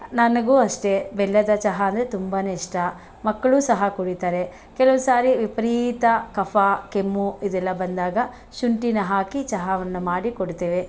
ನನಗೂ ಅಷ್ಟೆ ಬೆಲ್ಲದ ಚಹಾ ಅಂದರೆ ತುಂಬಾ ಇಷ್ಟ ಮಕ್ಕಳೂ ಸಹ ಕುಡಿತಾರೆ ಕೆಲವು ಸಾರಿ ವಿಪರೀತ ಕಫ ಕೆಮ್ಮು ಇದೆಲ್ಲ ಬಂದಾಗ ಶುಂಠಿ ಹಾಕಿ ಚಹಾವನ್ನು ಮಾಡಿಕೊಡ್ತೇವೆ